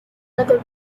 whether